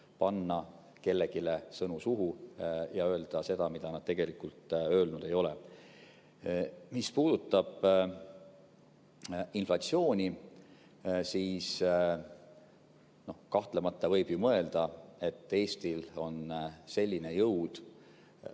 panna kellelegi sõnu suhu ja [väita, et nad on öelnud] seda, mida nad tegelikult öelnud ei ole. Mis puudutab inflatsiooni, siis kahtlemata võib ju mõelda, et Eestil on selline jõud,